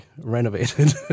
renovated